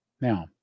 Now